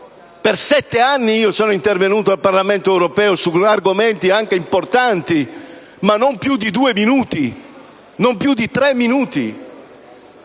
Per sette anni sono intervenuto al Parlamento europeo su argomenti anche importanti, ma per non più di due o tre minuti.